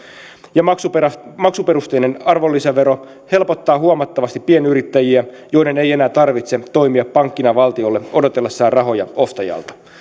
ja maksuperusteinen maksuperusteinen arvonlisävero helpottaa huomattavasti pienyrittäjiä joiden ei enää tarvitse toimia pankkina valtiolle odotellessaan rahoja ostajalta